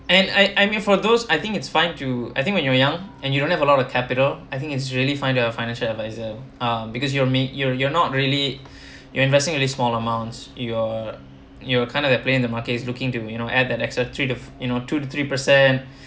and I I mean for those I think it's fine to I think when you're young and you don't have a lot of capital I think it's really fine to a financial adviser um because you will make you're you're not really you're investing only small amounts you're you're kind of the plan the market is looking to me you know add an extra three the you know two to three percent